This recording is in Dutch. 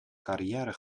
carrière